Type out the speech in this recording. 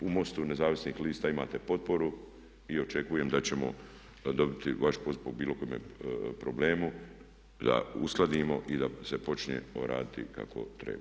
U MOST-u nezavisnih lista imate potporu i očekujem da ćemo dobiti vaš poziv po bilo kojemu problemu, da uskladimo i da se počne raditi kako treba.